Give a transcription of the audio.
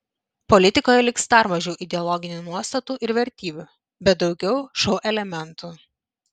politikoje liks dar mažiau ideologinių nuostatų ir vertybių bet daugiau šou elementų